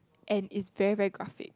and is very very graphic